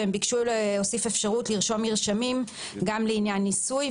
והם ביקשו להוסיף אפשרות לרשום מרשמים גם לעניין ניסוי.